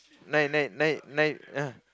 nine nine nine nine ah